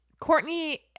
Courtney